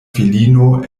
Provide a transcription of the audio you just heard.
filino